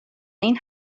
این